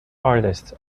artists